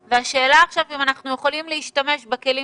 השאלה היא האם אנחנו יכולים להשתמש עכשיו בכלים